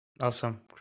Awesome